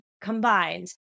combined